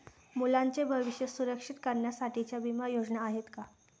मुलांचे भविष्य सुरक्षित करण्यासाठीच्या विमा योजना आहेत का?